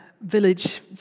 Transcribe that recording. village